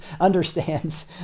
understands